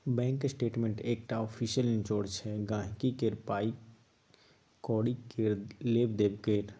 bank statement एकटा official निचोड़ छै गांहिकी केर पाइ कौड़ी केर लेब देब केर